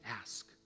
ask